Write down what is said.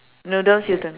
noodles you don't like